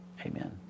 Amen